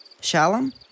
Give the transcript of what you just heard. Shalom